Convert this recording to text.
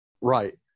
Right